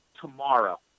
tomorrow